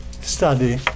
study